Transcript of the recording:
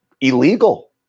illegal